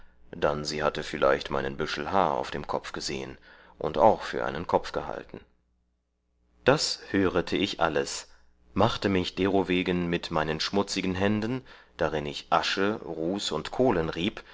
dann sie hatte vielleicht meinen büschel haar auf dem kopf gesehen und auch vor einen kopf gehalten das hörete ich alles machte mich derowegen mit meinen schmutzigen händen darin ich asche ruß und